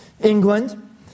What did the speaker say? England